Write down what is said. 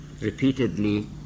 repeatedly